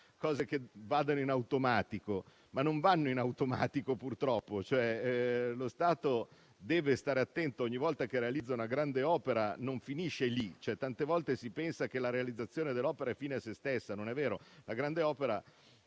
cose che vanno in automatico, ma purtroppo non è così. Lo Stato deve stare attento: ogni volta che realizza una grande opera non finisce lì. Tante volte si pensa che la realizzazione dell'opera sia fine a se stessa. Non è vero. La grande opera